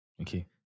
okay